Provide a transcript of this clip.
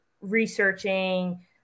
researching